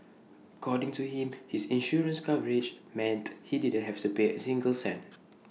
according to him his insurance coverage meant he didn't have to pay A single cent